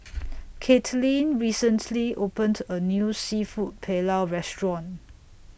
Caitlyn recently opened A New Seafood Paella Restaurant